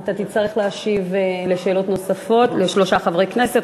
אתה תצטרך לענות על שאלות נוספות של שלושה חברי כנסת.